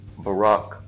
Barack